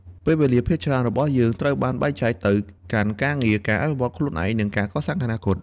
ពេលវេលាភាគច្រើនរបស់យើងត្រូវបានបែងចែកទៅកាន់ការងារ ការអភិវឌ្ឍន៍ខ្លួនឯង និងការកសាងអនាគត។